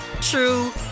true